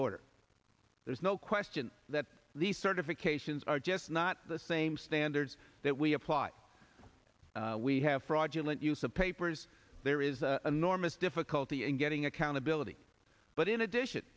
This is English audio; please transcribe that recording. border there's no question that these certifications are just not the same standards that we apply we have fraudulent use of papers there is an enormous difficulty in getting accountability but in addition